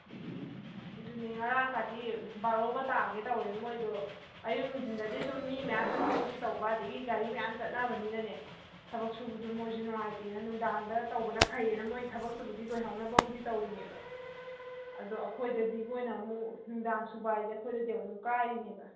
ꯑꯗꯨꯅꯦ ꯉꯔꯥꯡ ꯀꯥꯗꯤ ꯕꯥꯔꯣꯒ ꯇꯥꯒꯦ ꯇꯧꯋꯦ ꯃꯈꯣꯏꯗꯣ ꯑꯌꯨꯛ ꯅꯨꯡꯊꯤꯟꯗꯗꯤ ꯁꯨꯝ ꯃꯤ ꯃꯌꯥꯝ ꯆꯠꯊꯣꯛ ꯆꯠꯁꯤꯟ ꯇꯧꯕ ꯑꯗꯒꯤ ꯒꯥꯔꯤ ꯃꯌꯥꯝ ꯆꯠꯅꯕꯅꯤꯅꯅꯦ ꯊꯕꯛ ꯁꯨꯕꯗꯨ ꯃꯈꯣꯏꯁꯨ ꯅꯨꯡꯉꯥꯏꯇꯦꯅ ꯅꯨꯡꯗꯥꯡꯗ ꯇꯧꯕꯅ ꯐꯩ ꯍꯥꯏꯅ ꯃꯈꯣꯏ ꯊꯕꯛ ꯇꯨꯕꯨꯗꯤ ꯂꯣꯏꯍꯧꯅꯕꯕꯨꯗꯤ ꯇꯧꯔꯤꯅꯦꯕ ꯑꯗꯣ ꯑꯩꯈꯣꯏꯗꯗꯤ ꯃꯈꯣꯏꯅ ꯑꯃꯨꯛ ꯅꯨꯡꯗꯥꯡ ꯁꯨꯕ ꯍꯥꯏꯁꯦ ꯑꯩꯈꯣꯏꯗꯗꯤ ꯑꯃꯨꯛ ꯀꯥꯏꯔꯤꯅꯦꯕ